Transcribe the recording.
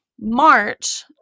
March